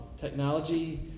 technology